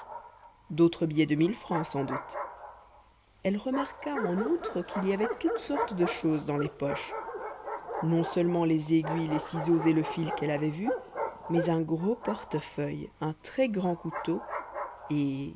d'autres billets de mille francs sans doute elle remarqua en outre qu'il y avait toutes sortes de choses dans les poches non seulement les aiguilles les ciseaux et le fil qu'elle avait vus mais un gros portefeuille un très grand couteau et